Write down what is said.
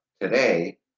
today